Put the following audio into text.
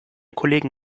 kollegen